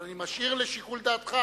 אבל אני משאיר לשיקול דעתך